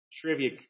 Trivia